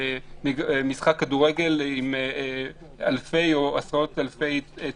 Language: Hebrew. משחק כדורגל עם אלפי או עשרות אלפי צופים.